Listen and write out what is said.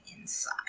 inside